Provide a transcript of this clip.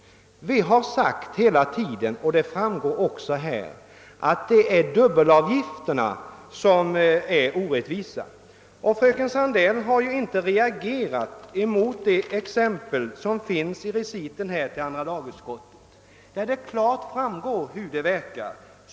Vi har hela tiden understrukit — och det har också framgått denna gång — att det är dubbelavgifterna som är orättvisa. Fröken Sandell har inte heller reagerat mot det exempel, som återges i reciten i andra lagutskottets utlåtande, varav det klart framgår hur systemet verkar.